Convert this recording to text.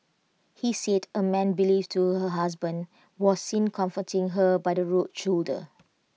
he said A man believed to her husband was seen comforting her by the road shoulder